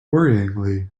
worryingly